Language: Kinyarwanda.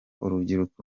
urubyiruko